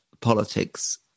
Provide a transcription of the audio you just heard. politics